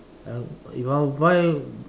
I if I'll buy